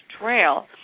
trail